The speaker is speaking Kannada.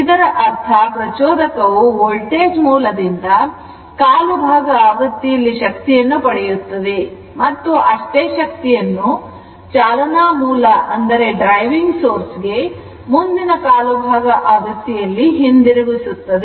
ಇದರ ಅರ್ಥ ಪ್ರಚೋದಕವು ವೋಲ್ಟೇಜ್ ಮೂಲದಿಂದ ಕಾಲು ಭಾಗ ಆವೃತ್ತಿಯಲ್ಲಿ ಶಕ್ತಿಯನ್ನು ಪಡೆಯುತ್ತದೆ ಮತ್ತು ಅಷ್ಟೇ ಶಕ್ತಿಯನ್ನು ಚಾಲನಾ ಮೂಲಕ್ಕೆ ಮುಂದಿನ ಕಾಲುಭಾಗ ಆವೃತ್ತಿಯಲ್ಲಿ ಹಿಂದಿರುಗಿಸುತ್ತದೆ